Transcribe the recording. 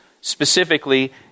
specifically